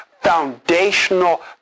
foundational